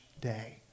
day